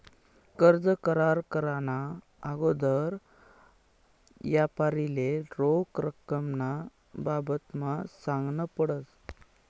कर्ज करार कराना आगोदर यापारीले रोख रकमना बाबतमा सांगनं पडस